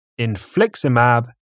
infliximab